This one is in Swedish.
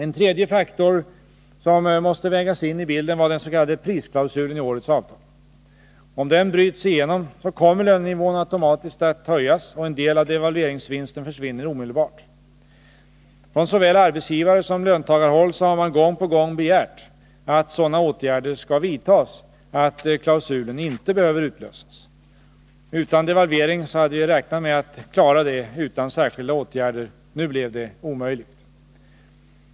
En tredje faktor som måste vägas in i bilden var den s.k. prisklausulen i årets avtal. Om den bryts igenom kommer lönenivån automatiskt att höjas, och en del av devalveringsvinsten försvinner omedelbart. Från såväl arbetsgivarsom löntagarhåll har man gång på gång begärt att sådana åtgärder skall vidtas att klausulen inte behöver utlösas. Utan devalvering hade vi räknat med att klara det utan särskilda åtgärder. Nu blev det omöjligt.